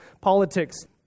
politics